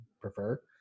prefer